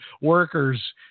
workers